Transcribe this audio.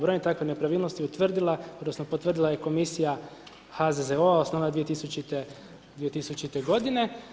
Brojne takve nepravilnosti utvrdila odnosno potvrdila je Komisija HZZO-a osnovana 2000. godine.